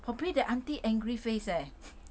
probably the aunty angry face leh